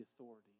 authority